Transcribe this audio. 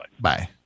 Bye